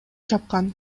чапкан